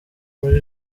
muri